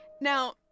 Now